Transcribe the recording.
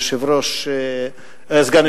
ברשות יושב-ראש הישיבה,